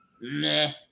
meh